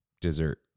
dessert